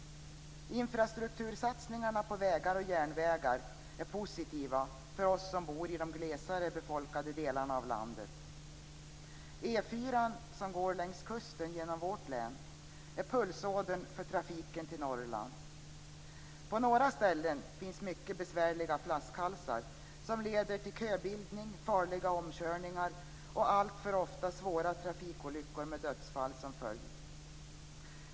Infrastruktursatsningar på vägar och järnvägar är positiva för oss som bor i de glesare befolkade delarna av landet. E 4:an, som går längs kusten genom vårt län, är pulsådern för trafiken till Norrland. På några ställen finns mycket besvärliga flaskhalsar som leder till köbildning, farliga omkörningar och alltför ofta svåra trafikolyckor med dödsfall som följd.